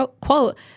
quote